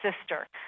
sister